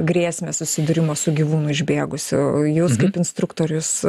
grėsmę susidūrimo su gyvūnu išbėgusiu jūs kaip instruktorius